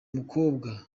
mukobwa